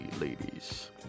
ladies